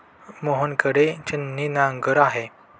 मोहन कडे छिन्नी नांगर आहे